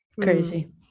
Crazy